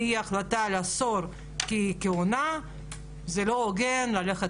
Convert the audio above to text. אם תהיה החלטה על עשור ככהונה זה לא הוגן ללכת